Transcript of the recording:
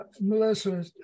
Melissa